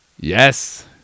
Yes